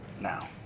now